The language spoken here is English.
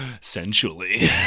sensually